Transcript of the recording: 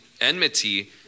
enmity